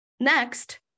Next